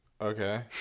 okay